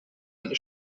eine